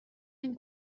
نمی